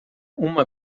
uma